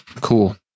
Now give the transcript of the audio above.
cool